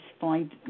find